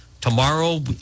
Tomorrow